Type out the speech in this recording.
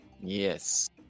Yes